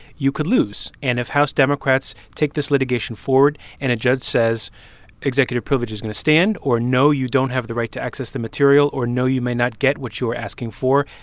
you could lose. and if house democrats take this litigation forward and a judge says executive privilege is going to stand or no you don't have the right to access the material or no you may not get what you are asking for,